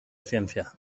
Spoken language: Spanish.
ciencia